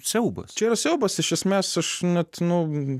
siaubas čia yra siaubas iš esmės aš net nu